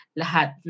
lahat